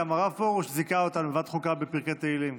גם הרב פרוש זיכה אותנו בוועדת החוקה בפרקי תהילים.